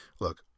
Look